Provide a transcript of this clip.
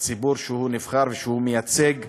הציבור שהוא נבחר ממנו ושהוא מייצג.